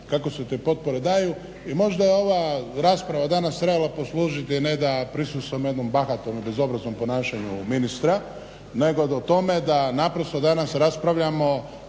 kako se te potpore daju i možda je ova rasprava danas trebala poslužiti ne da prisustvujemo jednom bahatom i bezobraznom ponašanju ministra nego tome da naprosto danas raspravljamo